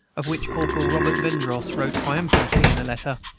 of which corporal robert vendross wrote triumphantly in a letter,